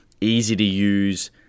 easy-to-use